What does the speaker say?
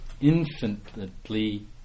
infinitely